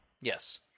Yes